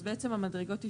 אז בעצם המדרגות יישארו.